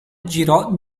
girò